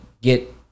get